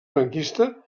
franquista